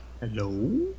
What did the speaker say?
Hello